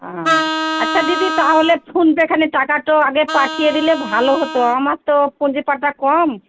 অ আচ্ছা দিদি তাহলে ফোনপেখানে টাকা তো আগে পাঠিয়ে দিলে ভালো হতো আমার তো পুঁজি পাটা কম